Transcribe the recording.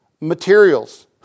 materials